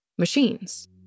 machines